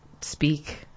speak